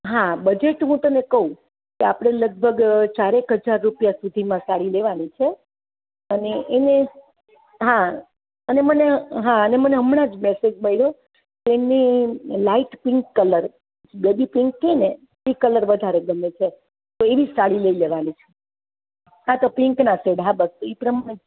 હા બજેટ હું તેને કહું કે આપણે લગભગ ચારેક હજાર રૂપિયા સુધીમાં સાડી લેવાની છે અને એને હા અને મને હા અને મને હમણાં જ મેસેજ મળ્યો એની light pink colour baby pink કહે ને એ વધારે ગમે છે તો એવી સાડી લઈ લેવાની હા તો પિન્કના શેડમાં હા બસ એ પ્રમાણે